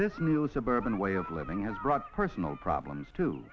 this new suburban way of living has brought personal problems too